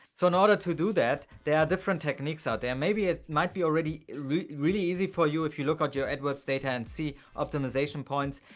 so in order to do that, there are different techniques out there, maybe it might be already really easy for you if you look at your adwords data and see optimization points.